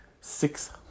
six